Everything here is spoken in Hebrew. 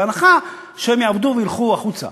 בהנחה שהם יעבדו וילכו החוצה,